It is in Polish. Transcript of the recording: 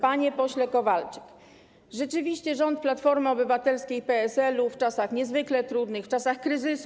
Panie pośle Kowalczyk, rzeczywiście rząd Platformy Obywatelskiej i PSL-u w czasach niezwykle trudnych, w czasach kryzysu.